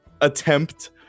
attempt